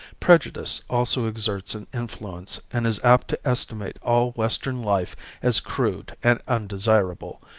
prejudice also exerts an influence and is apt to estimate all western life as crude and undesirable,